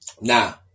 Now